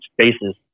spaces